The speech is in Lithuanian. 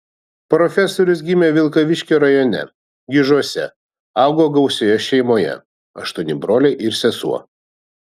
profesorius gimė vilkaviškio rajone gižuose augo gausioje šeimoje aštuoni broliai ir sesuo